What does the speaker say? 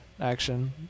action